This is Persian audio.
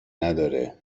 نداره